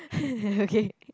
okay